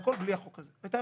והכול בלי החוק הזה.